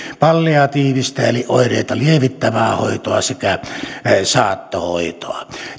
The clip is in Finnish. palliatiivista eli oireita lievittävää hoitoa sekä saattohoitoa